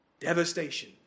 Devastation